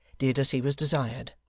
did as he was desired.